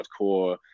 hardcore